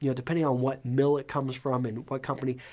you know depending on what mill it comes from and what company,